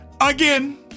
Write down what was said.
Again